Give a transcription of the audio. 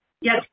Yes